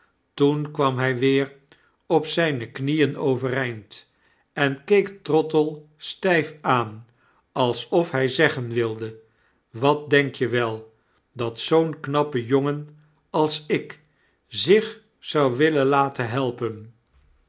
toen kwam hy weer op zyne knieen overeind en keek trottle styf aan alsof hy zeggen wilde wat denk je wel dat zoo'n knappe jongen als ik zich zou willen laten helpen